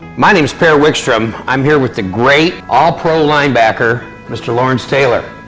my name's per wickstrom i'm here with the great, all-pro linebacker mr. lawrence taylor.